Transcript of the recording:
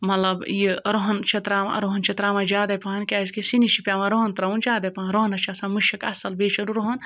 مطلب یہِ رۄہَن چھِ ترٛاوان رۄہَن چھِ ترٛاوان زیادَے پَہَن کیٛازِکہِ سِنِس چھِ پٮ۪وان رۄہَن ترٛاوُن زیادَے پَہَن رۄہنَس چھِ آسان مُشُک اَصٕل بیٚیہِ چھِ رۄہَن